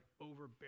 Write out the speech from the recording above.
overbearing